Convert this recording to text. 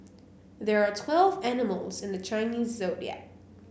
there are twelve animals in the Chinese Zodiac